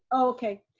okay,